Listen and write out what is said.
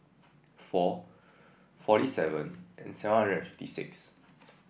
four forty seven and seven hundred fifty six